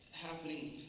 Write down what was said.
happening